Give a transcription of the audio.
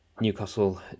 Newcastle